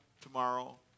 tomorrow